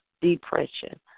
Depression